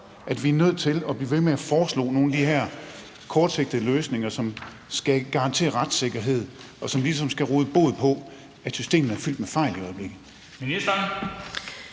at vi er nødt til at blive ved med at foreslå nogle af de her kortsigtede løsninger, som skal garantere retssikkerhed, og som ligesom skal råde bod på, at systemet er fyldt med fejl i øjeblikket?